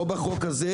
לא בחוק הזה,